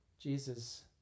Jesus